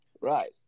Right